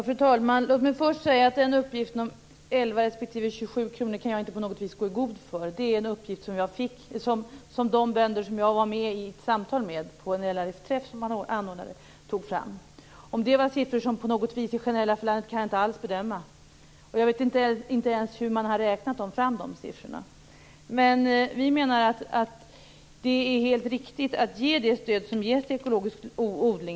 Fru talman! Låt mig först säga att uppgiften om 11 kr respektive 27 kr i timmen kan jag inte på något vis gå i god för. Det är en uppgift som de bönder jag samtalade med på en träff som LRF anordnade tog fram. Om det är siffror som på något sätt är generella för hela landet kan jag inte alls bedöma. Jag vet inte ens hur man har räknat fram de siffrorna. Men vi menar att det är helt riktigt att ge det stöd som i dag ges till ekologisk odling.